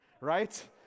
right